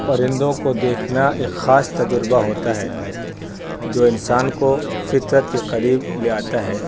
پرندوں کو دیکھنا ایک خاص تجربہ ہوتا ہے جو انسان کو فطرت کے قریب لے آتا ہے